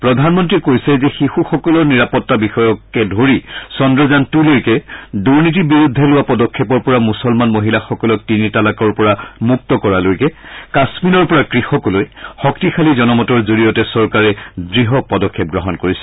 প্ৰধানমন্ত্ৰীয়ে কৈছে যে শিশুসকলৰ নিৰাপত্তা বিষয়কে ধৰি চন্দ্ৰযান টু লৈকে দুৰ্নীতিৰ বিৰুদ্ধে লোৱা পদক্ষেপৰ পৰা মুছলমান মহিলাসকলক তিনি তালাকৰ পৰা মুক্ত কৰালৈকে কাশ্মীৰৰ পৰা কৃষকলৈ শক্তিশালী জনমতৰ জৰিয়তে চৰকাৰে দৃঢ় পদক্ষেপ গ্ৰহণ কৰিছে